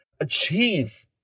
achieve